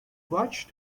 clutch